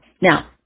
Now